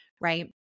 right